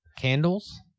Candles